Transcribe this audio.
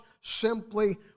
simply